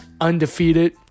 undefeated